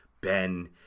Ben